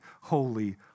holy